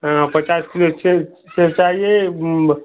हाँ पचास किलो चे सेब चाहिए ब